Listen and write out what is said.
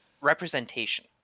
representation